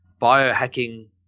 biohacking